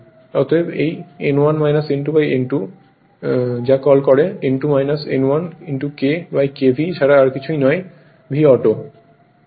অতএব এই N1 N2N2যা কল করে N2 N1 K KV ছাড়া আর কিছুই নয় VAuto